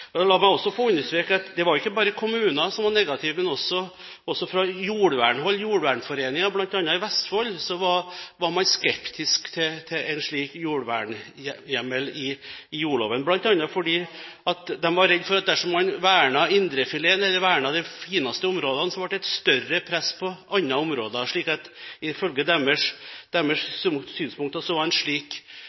var ikke bare kommuner som var negative, men også fra jordvernhold, fra Jordvernforeningen bl.a. i Vestfold, var man skeptisk til en slik jordvernhjemmel i jordlova, bl.a. fordi de var redde for at dersom man vernet indrefileten, eller vernet de fineste områdene, ble det et større press på andre områder. Så ifølge deres synspunkter var en slik